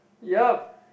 yup